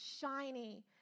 shiny